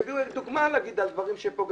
שיביאו דוגמה על דברים פוגעניים,